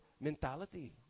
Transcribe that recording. mentality